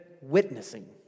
witnessing